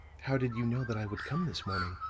how did you know that i would come this morning?